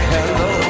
Hello